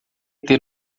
ter